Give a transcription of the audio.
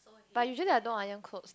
but usually I don't iron clothes